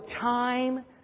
time